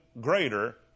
greater